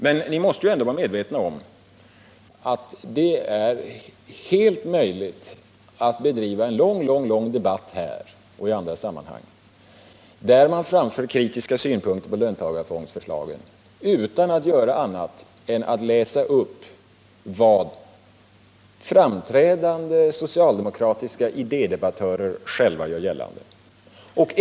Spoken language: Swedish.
Men ni måste ändå vara medvetna om att det är möjligt att bedriva en lång debatt här och i andra sammanhang, där man framför kritiska synpunkter på löntagarfondsförslaget utan att göra annat än att läsa upp vad framträdande socialdemokratiska idédebattörer själva gör gällande.